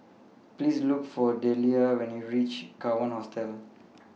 Please Look For Dellia when YOU REACH Kawan Hostel